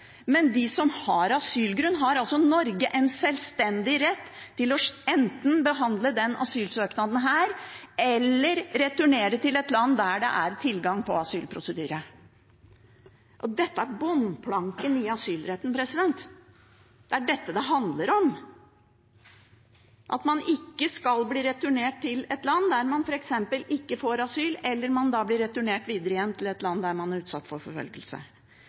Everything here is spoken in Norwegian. Men for dem som har asylgrunn, har Norge en selvstendig rett til enten å behandle asylsøknaden her eller returnere dem til et land der det er tilgang på asylprosedyre. Dette er bunnplanken i asylretten. Det er dette det handler om – at man ikke skal bli returnert til et land der man f.eks. ikke får asyl, eller blir returnert videre til et land der man er utsatt for forfølgelse.